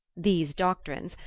these doctrines,